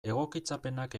egokitzapenak